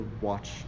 watch